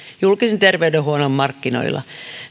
julkisen terveydenhuollon markkinoilla